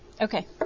Okay